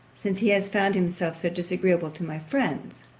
since he has found himself so disagreeable to my friends.